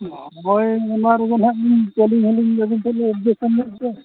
ᱦᱳᱭ ᱚᱱᱟ ᱨᱮᱫᱚ ᱦᱟᱸᱜ ᱟᱹᱞᱤᱧ ᱦᱚᱞᱤᱧ ᱟᱹᱵᱤᱱ ᱴᱷᱮᱱ ᱮᱰᱡᱮᱥᱴᱟ ᱢᱮᱱᱛᱮ